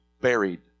buried